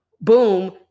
boom